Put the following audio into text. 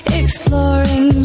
exploring